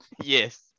Yes